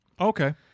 Okay